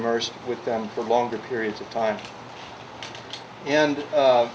immersed with them for longer periods of time and